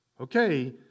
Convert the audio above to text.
Okay